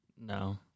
No